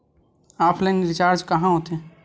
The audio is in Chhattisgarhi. ऑफलाइन रिचार्ज कहां होथे?